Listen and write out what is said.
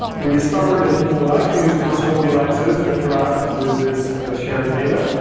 we discovered that people like to use personal devices to interact with this shared data.